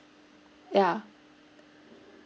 yeah